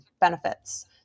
benefits